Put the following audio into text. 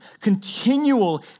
continual